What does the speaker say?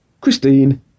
Christine